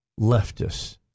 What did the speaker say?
leftists